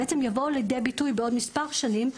בעצם הם יבואו ליידי ביטוי בעוד מספר שנים,